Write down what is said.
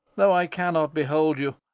though i cannot behold you,